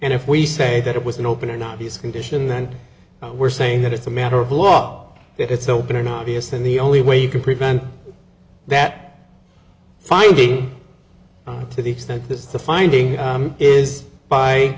and if we say that it was in open an obvious condition then we're saying that it's a matter of law that it's open an obvious and the only way you can prevent that finding to the extent this is the finding is by